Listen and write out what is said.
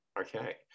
Okay